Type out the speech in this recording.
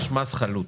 יש מס חלות,